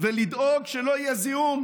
ולדאוג שלא יהיה זיהום,